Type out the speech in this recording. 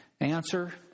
Answer